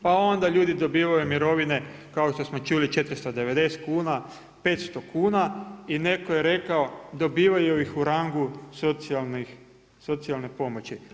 Pa onda ljudi dobivaju mirovine, kao što smo čuli 490 kuna, 500 kuna i netko je rekao, dobivaju ih u rangu socijalne pomoći.